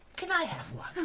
can i have one?